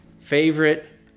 favorite